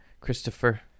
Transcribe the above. Christopher